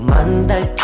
Monday